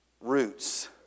roots